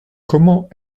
comment